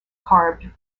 carved